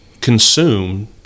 consume